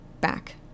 Back